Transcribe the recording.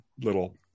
little